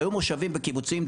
היו מושבים וקיבוצים,